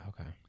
Okay